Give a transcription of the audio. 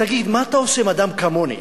תגיד, מה אתה עושה עם אדם כמוני,